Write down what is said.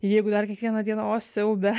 jeigu dar kiekvieną dieną o siaube